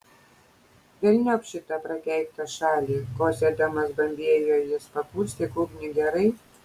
velniop šitą prakeiktą šalį kosėdamas bambėjo jis pakurstyk ugnį gerai